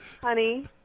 Honey